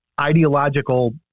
ideological